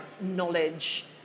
knowledge